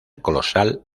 colosal